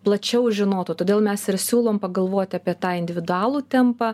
plačiau žinotų todėl mes ir siūlom pagalvot apie tą individualų tempą